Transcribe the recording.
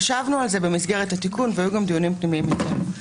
חשבנו על זה במסגרת התיקון והיו גם דיונים פנימיים אצלנו בנושא הזה.